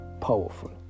powerful